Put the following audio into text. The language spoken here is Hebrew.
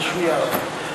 והוא השמיע הרבה.